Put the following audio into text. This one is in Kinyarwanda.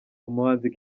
umuhanzi